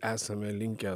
esame linkę